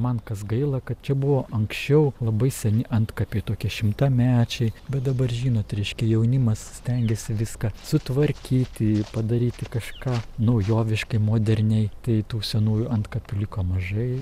man kas gaila kad čia buvo anksčiau labai seni antkapiai tokie šimtamečiai bet dabar žinot reiškia jaunimas stengiasi viską sutvarkyti padaryti kažką naujoviškai moderniai tai tų senųjų antkapių liko mažai